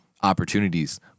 opportunities